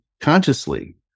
consciously